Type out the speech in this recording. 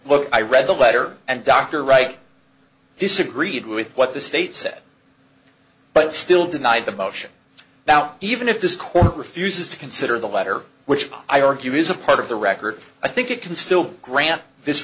what i read the letter and dr wright disagreed with what the state said but still denied the motion now even if this court refuses to consider the latter which i argue is a part of the record i think it can still grant this